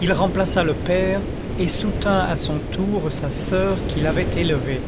il remplaça le père et soutint à son tour sa soeur qui l'avait élevé